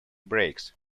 brakes